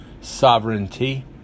sovereignty